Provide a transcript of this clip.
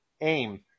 AIM